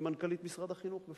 בפועל היא מנכ"לית משרד החינוך.